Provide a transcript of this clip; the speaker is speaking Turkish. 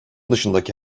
dışındaki